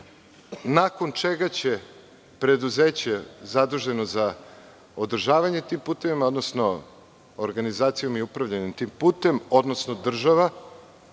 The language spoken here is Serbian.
nakon čega će preduzeće zaduženo za održavanje tih puteva, odnosno organizaciju i upravljanje tim putem, odnosno država,